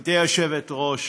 גברתי היושבת-ראש,